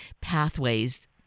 pathways